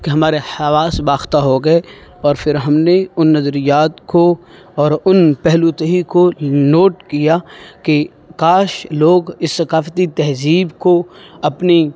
کہ ہمارے حواس باختہ ہو گئے اور پھر ہم نے ان نظریات کو اور ان پہلو تہی کو نوٹ کیا کہ کاش لوگ اس ثقافتی تہذیب کو اپنی